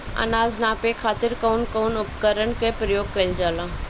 अनाज नापे खातीर कउन कउन उपकरण के प्रयोग कइल जाला?